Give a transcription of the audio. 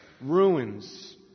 ruins